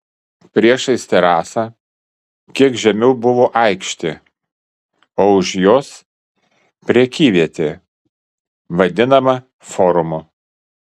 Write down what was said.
priešais terasą kiek žemiau buvo aikštė o už jos prekyvietė vadinama forumu